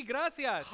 Gracias